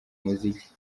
muziki